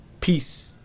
Peace